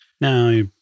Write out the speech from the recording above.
Now